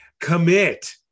Commit